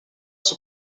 sous